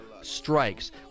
strikes